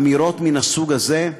אמירות מן הסוג הזה,